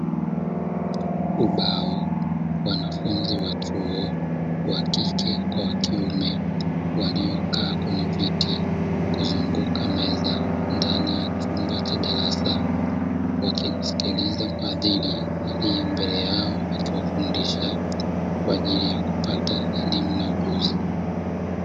Ubao, wanafunzi wa chuo wa kike kwa wakiuma waliokaa kwenye viti kuzunguka meza ndani ya chumba cha darasa, wakismsikiliza muhadhiri aliye mbele yao akiwafundisha kwa ajili ya kupata elimu na ujuzi.